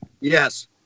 Yes